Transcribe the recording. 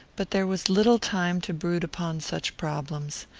but there was little time to brood upon such problems.